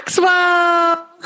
Maxwell